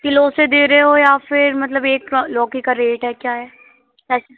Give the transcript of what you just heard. kilo से दे रहे हो या फ़िर मतलब एक लौकी का रेट है क्या है